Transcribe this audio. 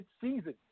season